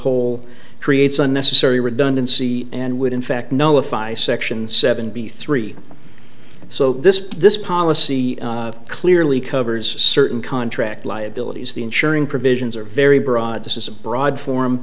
whole creates unnecessary redundancy and would in fact no if i section seven b three so this this policy clearly covers certain contract liabilities the insuring provisions are very broad this is a broad for